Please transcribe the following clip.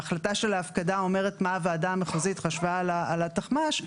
ההחלטה של ההפקדה אומרת מה הוועדה המחוזית חשבה על התחמ"ש,